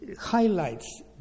highlights